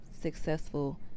successful